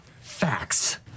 Facts